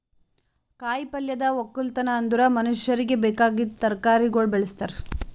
ಕಾಯಿ ಪಲ್ಯದ್ ಒಕ್ಕಲತನ ಅಂದುರ್ ಮನುಷ್ಯರಿಗಿ ಬೇಕಾಗಿದ್ ತರಕಾರಿಗೊಳ್ ಬೆಳುಸ್ತಾರ್